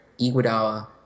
Iguodala